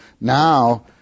Now